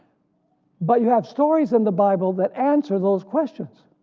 but you have stories in the bible that answer those questions.